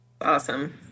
awesome